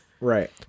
Right